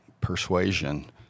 persuasion